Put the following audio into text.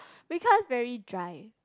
because very dry